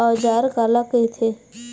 औजार काला कइथे?